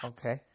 Okay